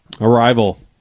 Arrival